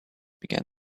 began